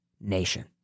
nation